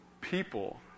people